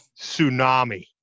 tsunami